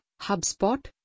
HubSpot